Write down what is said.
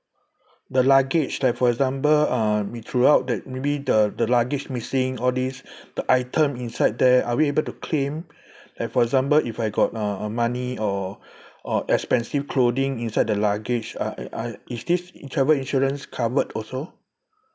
the luggage like for example uh I mean throughout that maybe the the luggage missing all this the item inside there are we able to claim like for example if I got a a money or or expensive clothing inside the luggage uh uh is this travel insurance covered also